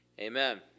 Amen